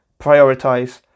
prioritize